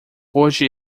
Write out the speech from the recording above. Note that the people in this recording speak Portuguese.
hoje